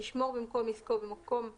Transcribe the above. ישמור במקום עסקו, במקום סגור,